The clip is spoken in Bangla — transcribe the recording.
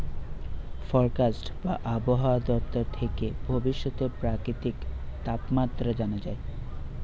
ফরকাস্ট বা আবহায়া দপ্তর থেকে ভবিষ্যতের প্রাকৃতিক তাপমাত্রা জানা যায়